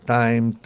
time